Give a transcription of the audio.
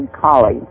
Collie